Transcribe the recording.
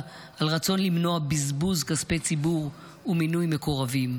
על רצון למנוע בזבוז כספי ציבור ומינוי מקורבים,